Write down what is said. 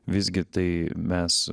visgi tai mes